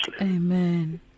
amen